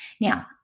Now